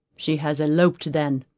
she has eloped then,